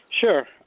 Sure